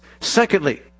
Secondly